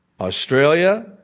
Australia